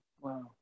Wow